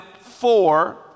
four